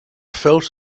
felt